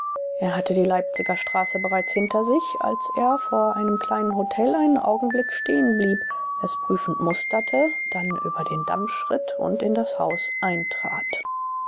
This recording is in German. er hatte die leipziger straße bereits hinter sich als er vor einem kleinen hotel einen augenblick stehenblieb es prüfend musterte dann über den damm schritt und in das haus eintrat